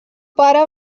pare